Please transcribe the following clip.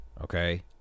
Okay